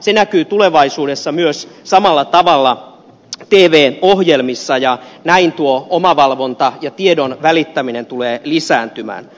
se näkyy tulevaisuudessa myös samalla tavalla tv ohjelmissa ja näin tuo omavalvonta ja tiedon välittäminen tulee lisääntymään